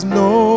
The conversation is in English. no